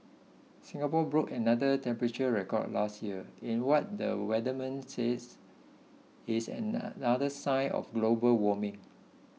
Singapore broke another temperature record last year in what the weatherman says is another sign of global warming